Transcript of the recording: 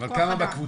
אבל כמה בקבוצה?